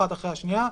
אחת אחרי השנייה,